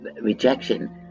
rejection